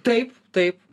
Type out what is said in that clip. taip tai